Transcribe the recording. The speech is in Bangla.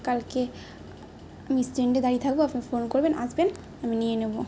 কালকে আমি স্ট্যান্ডে দাঁড়িয়ে থাকবো আপনি ফোন করবেন আসবেন আমি নিয়ে নেবো